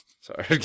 Sorry